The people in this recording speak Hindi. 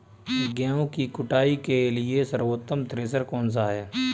गेहूँ की कुटाई के लिए सर्वोत्तम थ्रेसर कौनसा है?